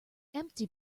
empty